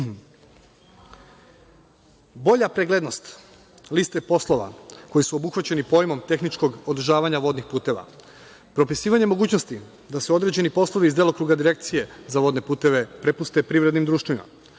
preglednost liste poslova koji su obuhvaćeni pojmom tehničkog održavanja vodnih puteva, propisivanje mogućnosti da se određeni poslovi iz delokruga Direkcije za vodne puteve prepuste privrednim društvima,